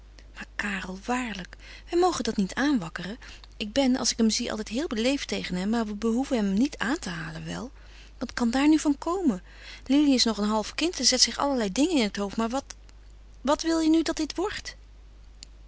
karel waarlijk wij mogen dat niet aanwakkeren ik ben als ik hem zie altijd heel beleefd tegen hem maar we behoeven hem niet aan te halen wel wat kan daar nu van komen lili is nog een half kind en zet zich allerlei dingen in het hoofd maar wat wat wil je nu dat dit wordt